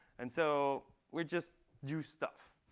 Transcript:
and so we just do stuff.